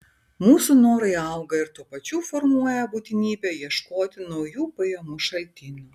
mūsų norai auga ir tuo pačiu formuoja būtinybę ieškoti naujų pajamų šaltinių